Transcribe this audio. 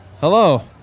hello